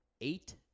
eight